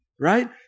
right